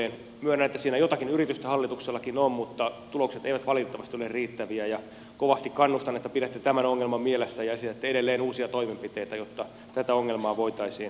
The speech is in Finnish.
myönnän että siinä jotakin yritystä hallituksellakin on mutta tulokset eivät valitettavasti ole riittäviä ja kovasti kannustan että pidätte tämän ongelman mielessä ja esitätte edelleen uusia toimenpiteitä jotta tätä ongelmaa voitaisiin purkaa